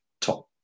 top